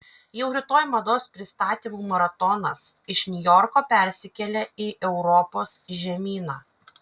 jau rytoj mados pristatymų maratonas iš niujorko persikelia į europos žemyną